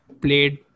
played